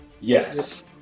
Yes